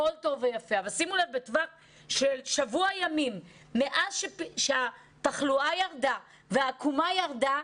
אבל בשבוע האחרון, מאז שהתחלואה והעקומה ירדו,